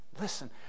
Listen